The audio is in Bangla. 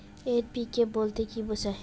এন.পি.কে বলতে কী বোঝায়?